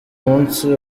munsi